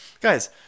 Guys